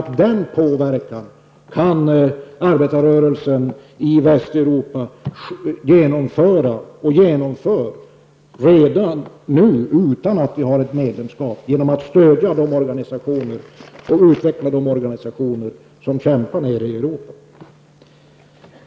Men den påverkan kan arbetarrörelsen i Västeuropa utöva och utövar redan nu utan att vi har ett medlemskap. Det kan man göra genom att stödja och utveckla de organisationer som kämpar nere i Europa.